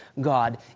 God